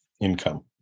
income